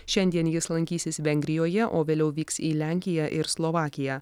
šiandien jis lankysis vengrijoje o vėliau vyks į lenkiją ir slovakiją